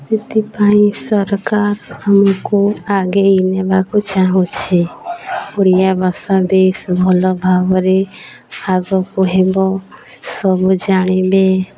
ଏଥିପାଇଁ ସରକାର ଆମକୁ ଆଗେଇ ନେବାକୁ ଚାହୁଁଛି ଓଡ଼ିଆ ଭାଷା ବେଶ ଭଲ ଭାବରେ ଆଗକୁୁ ହେବ ସବୁ ଜାଣିବେ